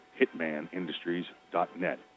hitmanindustries.net